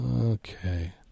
Okay